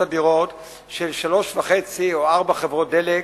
אדירות של שלוש וחצי או ארבע חברות דלק,